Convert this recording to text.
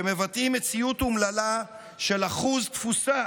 שמבטאים מציאות אומללה של אחוז תפוסה